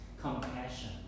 Compassion